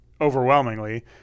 overwhelmingly